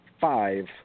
five